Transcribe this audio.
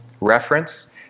reference